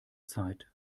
zeit